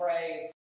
phrase